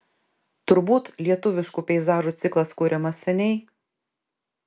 turbūt lietuviškų peizažų ciklas kuriamas seniai